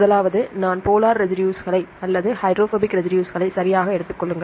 முதலாவது நான் போலார் ரெசிடுஸ்களை அல்லது ஹைட்ரோபோபிக் ரெசிடுஸ்களை சரியாக எடுத்துக் கொள்ளுங்கள்